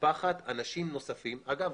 מקפחת אנשים נוספים אגב,